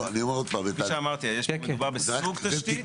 כפי שאמרתי, מדובר בסוג תשתית.